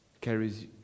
carries